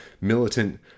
militant